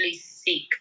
seek